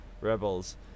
rebels